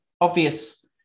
obvious